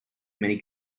many